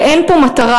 ואין פה מטרה